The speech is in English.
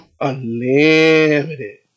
unlimited